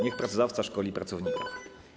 Niech pracodawca szkoli pracownika.